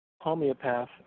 homeopath